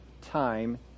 time